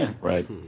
Right